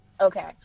Okay